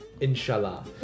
Inshallah